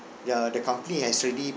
ya the company has already